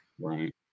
Right